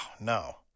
no